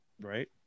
right